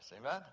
Amen